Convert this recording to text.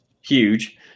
huge